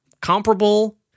comparable